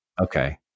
Okay